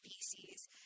species